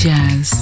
Jazz